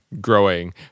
growing